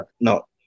no